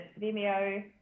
Vimeo